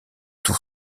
tour